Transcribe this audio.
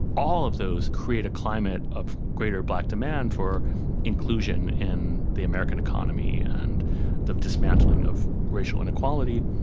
all of those create a climate of greater black demand for inclusion in the american economy and the dismantling of racial inequality,